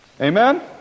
Amen